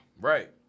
right